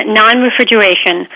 non-refrigeration